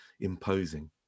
imposing